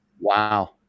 Wow